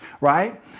Right